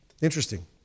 Interesting